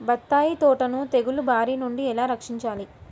బత్తాయి తోటను తెగులు బారి నుండి ఎలా రక్షించాలి?